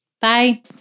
Bye